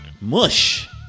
mush